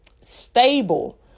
stable